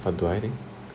what do I think